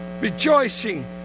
rejoicing